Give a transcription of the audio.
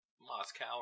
Moscow